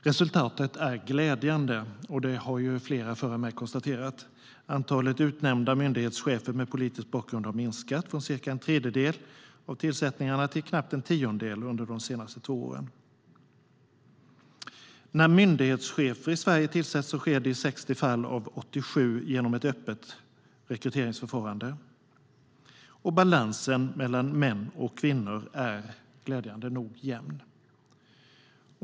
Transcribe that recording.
Resultatet är glädjande. Det har flera före mig konstaterat. Antalet utnämnda myndighetschefer med politisk bakgrund har minskat från cirka en tredjedel av tillsättningarna till knappt en tiondel under de senaste två åren. När myndighetschefer i Sverige tillsätts sker det i 60 fall av 87 genom ett öppet rekryteringsförfarande. Balansen mellan män och kvinnor är glädjande nog jämn.